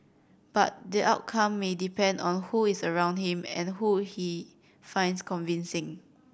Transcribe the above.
but the outcome may depend on who is around him and who he finds convincing